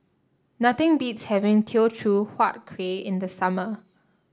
nothing beats having Teochew Huat Kuih in the summer